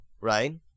right